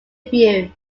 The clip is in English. view